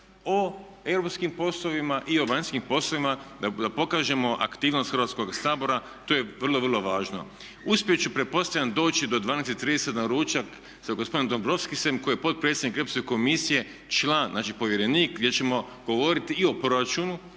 o europskim poslovima i o vanjskim poslovima, da pokažemo aktivnost Hrvatskog sabora. To je vrlo, vrlo važno. Uspjet ću pretpostavljam doći do 12,30 na ručak sa gospodinom Dombrovskisom koji je potpredsjednik Europske komisije, član, znači povjerenik gdje ćemo govoriti i o proračunu